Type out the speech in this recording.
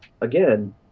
again